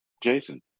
jason